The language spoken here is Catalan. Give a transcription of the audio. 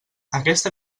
aquesta